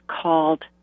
called